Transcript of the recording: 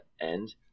end